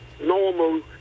normal